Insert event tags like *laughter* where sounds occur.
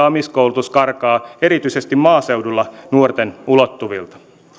*unintelligible* amiskoulutus karkaa erityisesti maaseudulla nuorten ulottuvilta